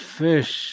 fish